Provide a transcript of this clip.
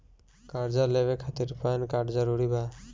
कर्जा लेवे खातिर पैन कार्ड जरूरी बा?